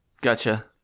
Gotcha